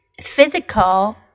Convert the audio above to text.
physical